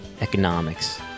economics